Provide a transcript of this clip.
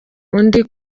undi